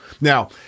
Now